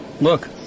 Look